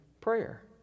prayer